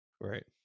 Right